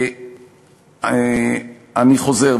אני חוזר.